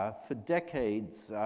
ah for decades,